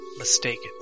mistaken